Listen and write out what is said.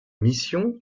missions